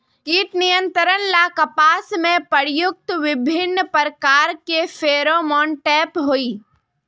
कीट नियंत्रण ला कपास में प्रयुक्त विभिन्न प्रकार के फेरोमोनटैप होई?